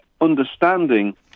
understanding